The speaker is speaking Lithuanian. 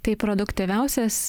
tai produktyviausias